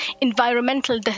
environmental